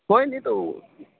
کوئی نہیں تو